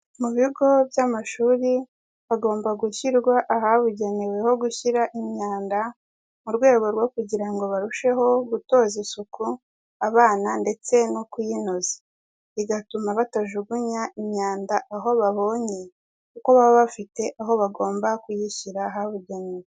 Mu bigo by'amashuri hagomba gushyirwa ahabugenewe ho gushyira imyanda mu rwego rwo kugira ngo barusheho gutoza isuku abana ndetse no kuyinoza. Bigatuma batajugunya imyanda aho babonye kuko baba bafite aho bagomba kuyishyira habugenewe.